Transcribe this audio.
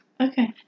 Okay